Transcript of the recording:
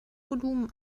volumen